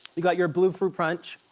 you got your blue fruit punch,